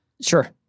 Sure